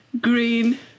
green